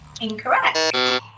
Incorrect